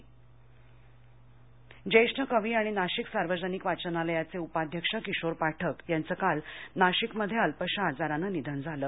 निधन ज्येष्ठ कवी आणि नाशिक सार्वजनिक वाचनालयाये उपाध्यक्ष किशोर पाठक यांचं काल नाशिकमध्ये अल्पशा आजारानं निधन झालं